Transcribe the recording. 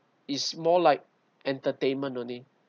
it's more like entertainment only